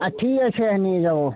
হ্যাঁ ঠিক আছে হ্যাঁ নিয়ে যাবো